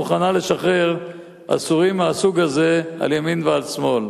מוכנה לשחרר אסירים מהסוג הזה על ימין ועל שמאל,